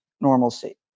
normalcy